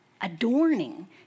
adorning